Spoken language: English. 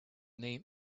name